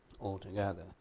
altogether